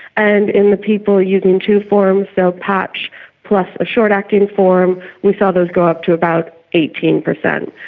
and in the people using two forms, so patch plus a short-acting form, we saw those go up to about eighteen percent.